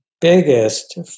biggest